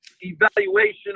evaluation